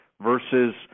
versus